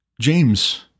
James